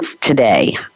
today